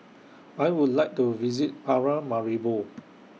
I Would like to visit Paramaribo